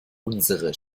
unsere